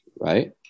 Right